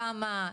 כמה?